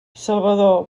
salvador